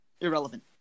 irrelevant